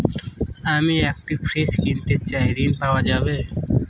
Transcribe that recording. আমি একটি ফ্রিজ কিনতে চাই ঝণ পাওয়া যাবে?